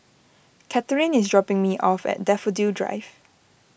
Katherine is dropping me off at Daffodil Drive